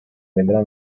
vedrà